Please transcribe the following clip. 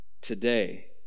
today